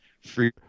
free